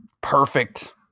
perfect